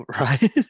right